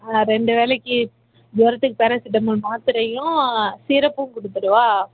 ஆ ரெண்டு வேலைக்கு ஜுரத்துக்கு பாராசிட்டமல் மாத்திரையும் சிரப்பும் கொடுத்துடுவா